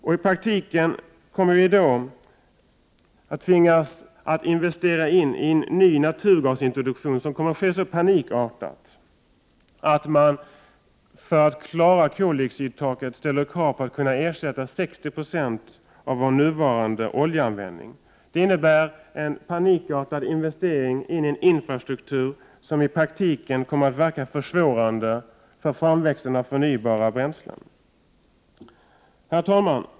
I praktiken kommer vi då att tvingas investera i en ny naturgasintroduktion, som sker så panikartat att man för att klara koldioxidtaket ställer krav på att 60 26 av den nuvarande oljeanvändningen skall ersättas. Det innebär en panikartad investering i en infrastruktur som i praktiken kommer att verka försvårande för framväxten av förnybara bränslen. Herr talman!